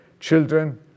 Children